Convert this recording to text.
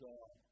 God